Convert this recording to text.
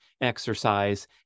exercise